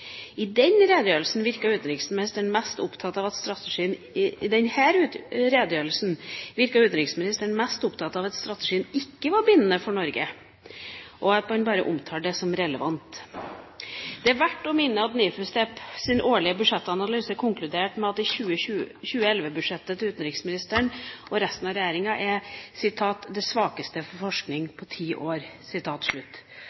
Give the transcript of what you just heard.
I denne redegjørelsen virker utenriksministeren mest opptatt av at strategien ikke er bindende for Norge, og han bare omtaler det som «relevant». Det er verdt å minne om at NIFU STEPs årlige budsjettanalyse konkluderer med at 2011-budsjettet til utenriksministeren og resten av regjeringa er det «svakeste budsjett for forskning på ti år», og at det er behov for